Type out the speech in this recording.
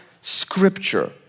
Scripture